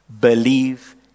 Believe